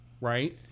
Right